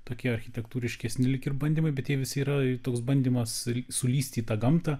tokie architektūriškesni lyg ir bandymai bet jie visi yra toks bandymas sulįsti į tą gamtą